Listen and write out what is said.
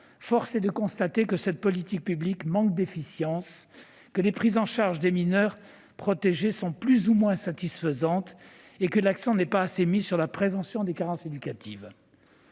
force est de constater que cette politique publique manque d'efficience, que les prises en charge des mineurs protégés sont plus ou moins satisfaisantes et que l'accent n'est pas assez mis sur la prévention des carences éducatives.